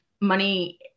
money